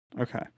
Okay